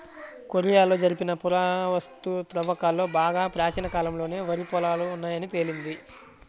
కొరియాలో జరిపిన పురావస్తు త్రవ్వకాలలో బాగా ప్రాచీన కాలంలోనే వరి పొలాలు ఉన్నాయని తేలింది